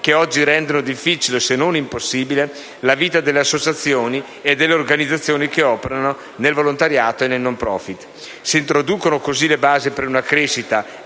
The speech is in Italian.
che oggi rendono difficile, se non impossibile, la vita delle associazioni e delle organizzazioni che operano nel volontariato e nel *no profìt*. Si introducono così le basi per una crescita